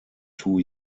two